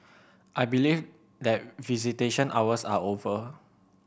I believe that visitation hours are over